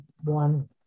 one